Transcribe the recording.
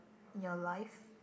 your life